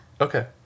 Okay